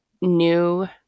new